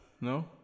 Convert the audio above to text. no